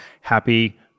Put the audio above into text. happy